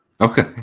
Okay